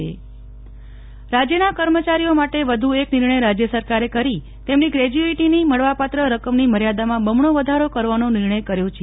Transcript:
નેહલ ઠક્કર કર્મચારીઓની ગ્રેજ્યુઈટી રાજ્યના કર્મચારીઓ માટે વધુ એક નિર્ણય રાજ્ય સરકારે કરી તેમની ગ્રેજ્યુઇટીની મળવાપાત્ર રકમની મર્યાદામાં બમણો વધારો કરવાનો નિર્ણય કર્યો છે